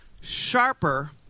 Sharper